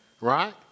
right